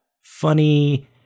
funny